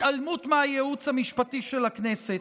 התעלמות מהייעוץ המשפטי של הכנסת.